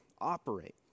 operate